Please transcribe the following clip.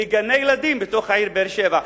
לגני-ילדים בתוך העיר באר-שבע,